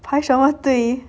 排什么队